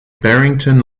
barrington